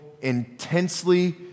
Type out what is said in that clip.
intensely